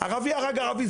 ערבי הרג ערבי,